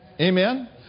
Amen